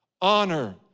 Honor